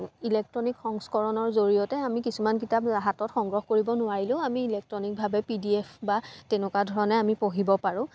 electronic সংস্কৰণৰ জৰিয়তে আমি কিছুমান কিতাপ হাতত সংগ্ৰহ কৰিব নোৱাৰিলেও আমি ইলেকট্ৰনিক ভাবে পি ডি এফ বা তেনেকুৱা ধৰণে আমি পঢ়িব পাৰোঁ